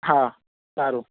હા સારું